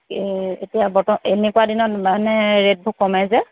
এতিয়া বৰ্ত এনেকুৱা দিনত মানে ৰে'টবোৰ কমে যে